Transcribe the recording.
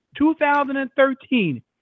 2013